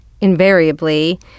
invariably